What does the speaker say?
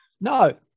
No